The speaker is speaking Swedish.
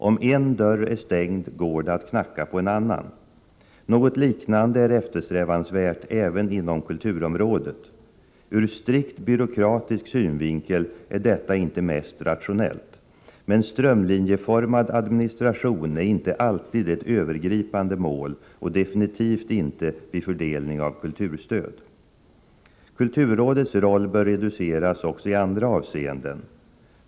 Om en dörr är stängd går det att knacka på en annan. Något liknande är eftersträvansvärt även inom kulturområdet. Ur strikt byråkratisk synvinkel är detta inte mest rationellt. Men strömlinjeformad administration är inte alltid ett övergripande mål, och absolut inte vid fördelning av kulturstöd. Kulturrådets roll bör reduceras också i andra avseenden.